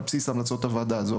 על בסיס המלצות הוועדה הזו.